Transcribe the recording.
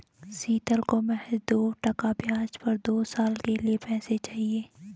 शीतल को महज दो टका ब्याज पर दो साल के लिए पैसे चाहिए